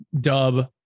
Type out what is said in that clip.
dub